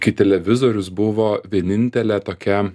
kai televizorius buvo vienintelė tokia